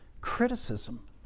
criticism